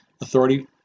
authority